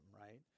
right